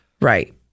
Right